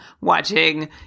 watching